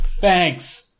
Thanks